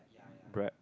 bread